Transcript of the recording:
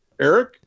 Eric